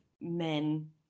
men